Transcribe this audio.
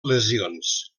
lesions